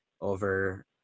over